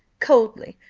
coldly,